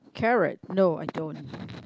carrot no I don't